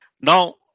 Now